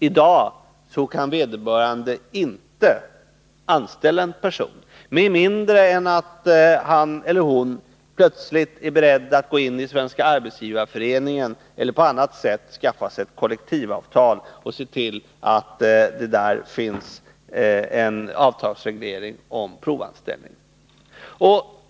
I dag kan vederbörande inte anställa en person med mindre än att han eller hon plötsligt förklarar sig beredd att gå in i Svenska arbetsgivareföreningen eller på annat sätt skaffar sig ett kollektivavtal för att få en avtalsreglering om provanställning.